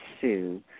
Sue